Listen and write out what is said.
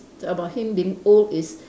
about him being old is